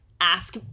Ask